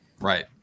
Right